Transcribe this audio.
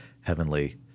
heavenly